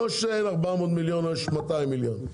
לא שאין 400 מיליון או יש 200 מיליון.